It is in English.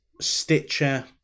Stitcher